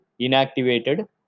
inactivated